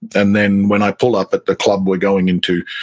then then when i pull up at the club we're going into,